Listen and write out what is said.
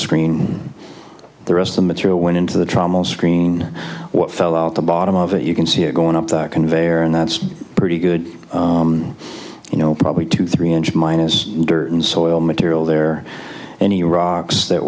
screen the rest of the material went into the trauma screen what fell at the bottom of it you can see it going up the conveyor and that's pretty good you know probably two three inch minus and soil material there any rocks that